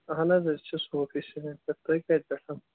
اَہَن حظ أسۍ چھِ صوٗفی شہرٕ پٮ۪ٹھ تُہۍ کَتہِ پٮ۪ٹھ